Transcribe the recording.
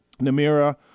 Namira